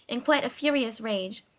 in quite a furious rage,